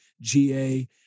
GA